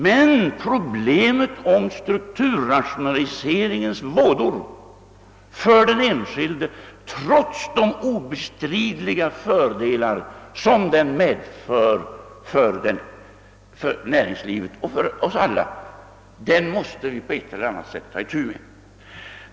Men problemet om strukturrationaliseringens vådor för den enskilde, trots de obestridliga fördelar som den medför för näringslivet och för oss alla, måste vi på ett eller annat sätt ta itu med.